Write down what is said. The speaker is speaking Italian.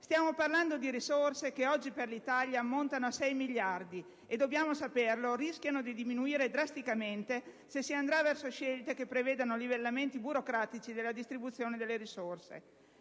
stiamo parlando di risorse che oggi per l'Italia ammontano a 6 miliardi di euro e che, dobbiamo saperlo, rischiano di diminuire drasticamente se si andrà verso scelte che prevedono livellamenti burocratici della distribuzione delle risorse,